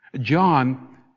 John